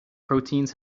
proteins